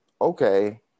okay